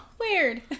Weird